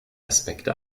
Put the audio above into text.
aspekte